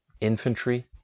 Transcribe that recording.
infantry